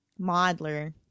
modeler